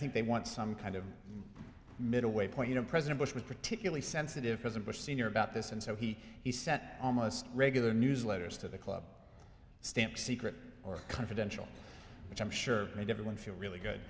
think they want some kind of middle way point you know president bush was particularly sensitive present bush sr about this and so he he sent almost regular newsletters to the club stamped secret or confidential which i'm sure made everyone feel really good